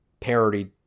Parody